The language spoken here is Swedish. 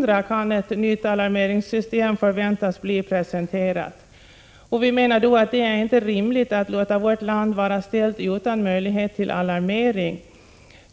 2000 kan ett nytt alarmeringssystem förväntas bli presenterat. Det är inte rimligt att låta vårt land stå utan möjlighet till alarmering.